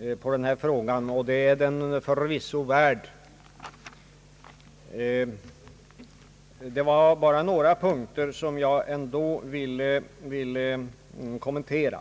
i den här frågan, och det är den förvisso värd. Det är dock några punkter som jag ändå vill kommentera.